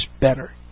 better